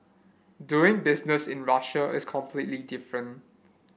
doing business in Russia is completely different